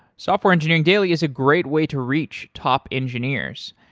software engineering daily is a great way to reach top engineers.